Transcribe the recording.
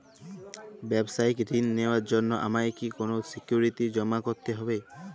ব্যাবসায়িক ঋণ নেওয়ার জন্য আমাকে কি কোনো সিকিউরিটি জমা করতে হবে?